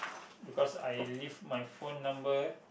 because I leave my phone number